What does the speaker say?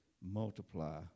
multiply